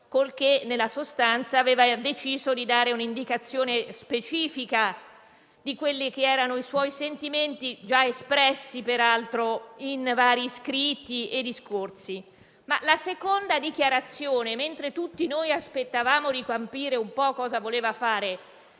con cui, nella sostanza, aveva deciso di dare un'indicazione specifica di quelli che erano i suoi sentimenti, già espressi peraltro in vari scritti e discorsi. Mentre tutti noi aspettavamo di capire cosa volesse fare